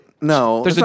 no